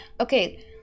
Okay